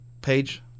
page